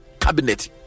cabinet